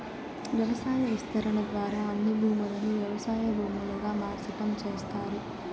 వ్యవసాయ విస్తరణ ద్వారా అన్ని భూములను వ్యవసాయ భూములుగా మార్సటం చేస్తారు